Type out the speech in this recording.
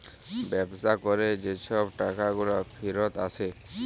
ব্যবসা ক্যরে যে ছব টাকাগুলা ফিরত আসে